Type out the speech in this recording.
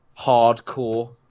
hardcore